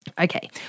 Okay